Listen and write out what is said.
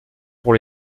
pour